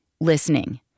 listening